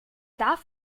darf